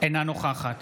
אינה נוכחת